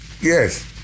Yes